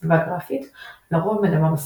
בסביבה הגרפית לרוב מדמה מסוף.